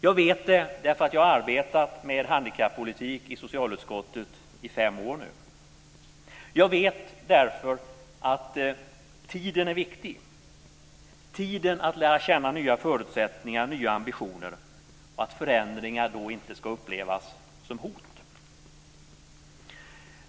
Jag vet det därför att jag nu har arbetat med handikappolitik i socialutskottet i fem år. Jag vet att tiden är viktig, tiden att lära känna nya förutsättningar och nya ambitioner så att förändringar inte ska upplevas som hot.